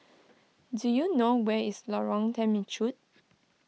do you know where is Lorong Temechut